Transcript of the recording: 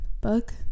book